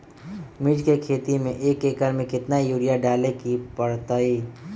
मिर्च के खेती में एक एकर में कितना यूरिया डाले के परतई?